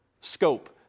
scope